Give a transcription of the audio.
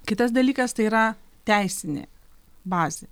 kitas dalykas tai yra teisinė bazė